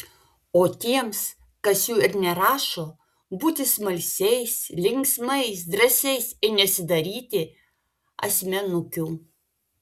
o tiems kas jų ir nerašo būti smalsiais linksmais drąsiais ir nesidaryti asmenukių